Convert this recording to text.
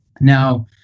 Now